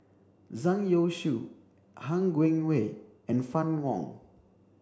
Zhang Youshuo Han Guangwei and Fann Wong